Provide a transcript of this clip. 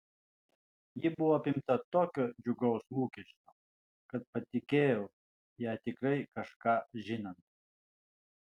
ji buvo apimta tokio džiugaus lūkesčio kad patikėjau ją tikrai kažką žinant